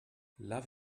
love